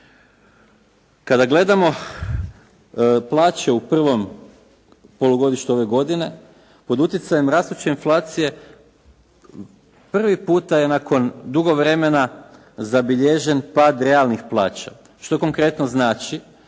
Kada gledamo plaće u prvom polugodištu ove godine, pod utjecajem rastuće inflacije prvi puta je nakon dugo vremena zabilježen pad realnih plaća što konkretno znači